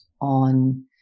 on